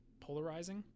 polarizing